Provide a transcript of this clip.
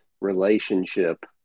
relationship